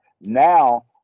now